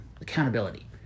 accountability